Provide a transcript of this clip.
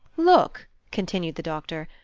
look, continued the doctor,